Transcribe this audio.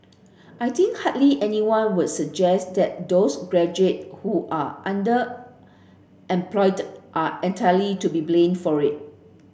I think hardly anyone would suggest that those graduate who are underemployed are entirely to be blamed for it